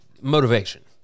motivation